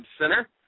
center